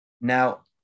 Now